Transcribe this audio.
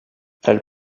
elle